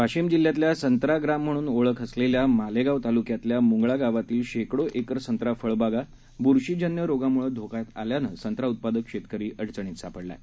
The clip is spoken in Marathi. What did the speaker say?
वाशीमजिल्ह्यातल्यासंत्राग्रामम्हणूनओळखअसलेल्यामालेगांवतालुक्यातल्याम्गळागावातीलशेकडोएकरसंत्राफळबागाब्रशीजन्य रोगामुळधोक्यातआल्यानंसंत्राउत्पादकशेतकरीअडचणीतसापडलाआहे